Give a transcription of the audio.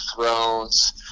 thrones